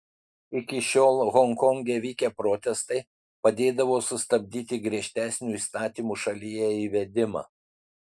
iki šiol honkonge vykę protestai padėdavo sustabdyti griežtesnių įstatymų šalyje įvedimą